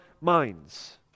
minds